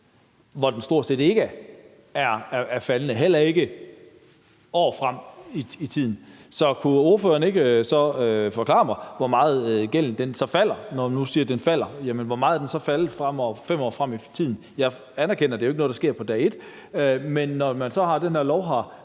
var den stort set ikke faldende, heller ikke år frem i tiden. Så kunne ordføreren ikke forklare mig, hvor meget gælden så falder? Når nu ordføreren siger, at den falder, hvor meget er den så faldet 5 år frem i tiden? Jeg anerkender, at det jo ikke er noget, der sker på dag et, men når den her lov så